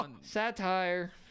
Satire